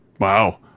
Wow